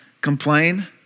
complain